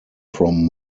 from